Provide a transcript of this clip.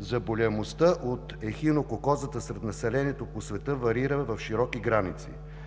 Заболеваемостта от ехинококозата сред населението по света варира в широки граници.